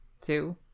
Two